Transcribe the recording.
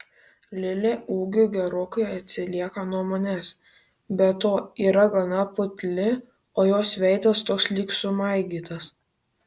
lilė ūgiu gerokai atsilieka nuo manęs be to yra gana putli o jos veidas toks lyg sumaigytas